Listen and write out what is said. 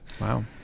wow